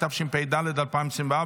התשפ"ד 2024,